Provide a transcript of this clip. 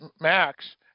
Max